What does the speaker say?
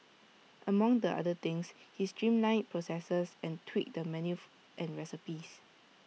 among the other things he streamlined processes and tweaked the menus and recipes